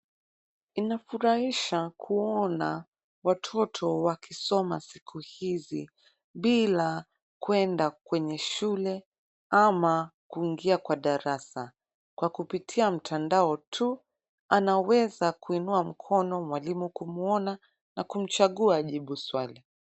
Inafurahisha kuona watoto wakisoma siku hizi bila kwenda kwenye shule ama kuingia kwa darasa. Kwa kupitia mtandao tu anaweza kuinua mkono mwalimu kumuona na kumchagua ajibu swali.